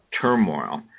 turmoil